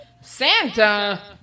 Santa